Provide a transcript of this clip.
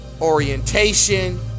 Orientation